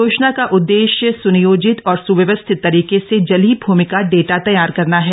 योजना का उद्देश्य स्नियोजित और सुव्यवस्थित तरीके से जलीय भूमि का डेटा तैयार करना है